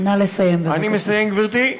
נא לסיים, בבקשה.